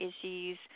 issues